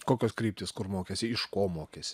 kokios kryptys kur mokėsi iš ko mokėsi